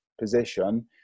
position